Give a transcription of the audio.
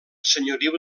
senyoriu